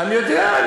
אני יודע.